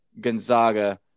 Gonzaga